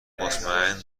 مطمئن